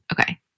Okay